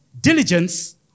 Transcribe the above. diligence